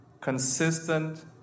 consistent